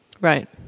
right